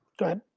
good.